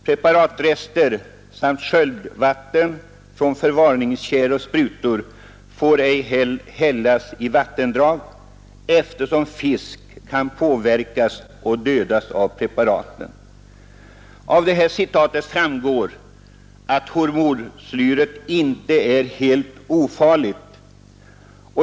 Preparatrester samt sköljvatten från förvaringskärl och sprutor får ej hällas i vattendrag, eftersom fisk kan påverkas och dödas av preparaten. Av det här citatet framgår att hormoslyr inte är helt ofarligt.